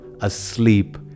asleep